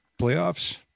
playoffs